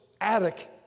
attic